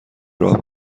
راه